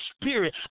spirit